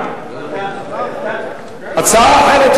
הצעה אחרת,